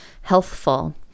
healthful